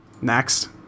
Next